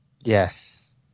Yes